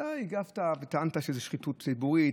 אתה הגבת וטענת שזו שחיתות ציבורית,